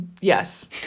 yes